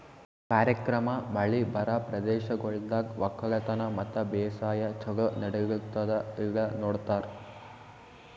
ಕಾರ್ಯಕ್ರಮ ಮಳಿ ಬರಾ ಪ್ರದೇಶಗೊಳ್ದಾಗ್ ಒಕ್ಕಲತನ ಮತ್ತ ಬೇಸಾಯ ಛಲೋ ನಡಿಲ್ಲುತ್ತುದ ಇಲ್ಲಾ ನೋಡ್ತಾರ್